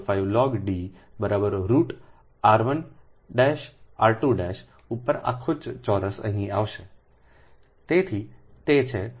4605 log d બરાબર root r 1 R 2 ઉપર આખા ચોરસ અહીં આવશે તેથી તે છે